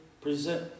present